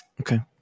Okay